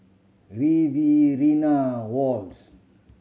Riverina Was